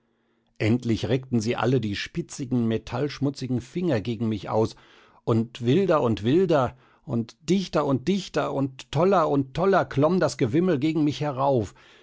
endlich reckten sie alle die spitzigen metallschmutzigen finger gegen mich aus und wilder und wilder und dichter und dichter und toller und toller klomm das gewimmel gegen mich herauf